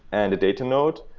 and a data node,